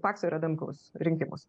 pakso ir adamkaus rinkimus